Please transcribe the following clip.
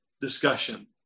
discussion